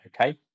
okay